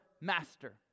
master